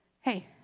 hey